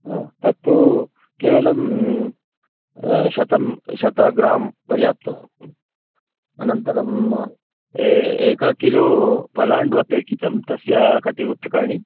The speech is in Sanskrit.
तत्तु केवलं शतं शतं ग्रां पर्याप्तम् अनन्तरं एक किलो पलाण्डु अपेक्षितं तस्य कति रूप्यकाणि